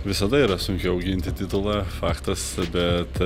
visada yra sunkiau ginti titulą faktas bet